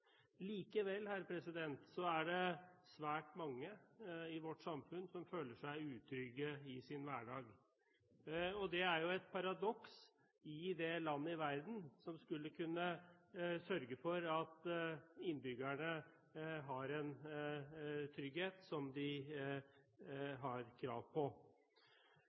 Likevel er det svært mange i vårt samfunn som føler seg utrygge i sin hverdag, og det er jo et paradoks i det landet i verden som skulle kunne sørge for at innbyggerne har den trygghet som de har krav på.